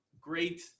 great